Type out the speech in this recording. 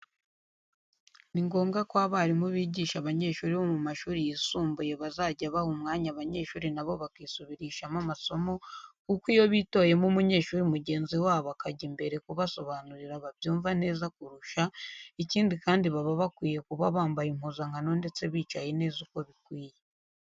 Ni ngombwa ko abarimu bigisha abanyeshuri bo mu mashuri yisumbuye bazajya baha umwanya abanyeshuri nabo bakisubirishamo amasomo kuko iyo bitoyemo umunyeshuri mugenzi wabo akajya imbere kubasobanurira babyumva neza kurusha, ikindi kandi baba bakwiye kuba bambaye impuzankano ndetse bicaye neza uko bikwiye.